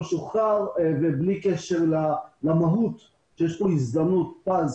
לא שוחרר ובלי קשר למהות שיש פה הזדמנות פז,